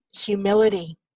humility